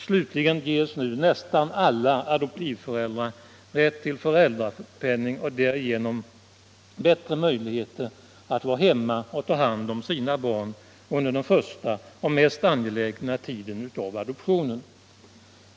Slutligen ges nästan alla adoptivföräldrar rätt till föräldrapenning och därigenom bättre möjligheter att vara hemma och ta hand om sina barn när det är mest angeläget, dvs. under den första tiden efter adoptionen.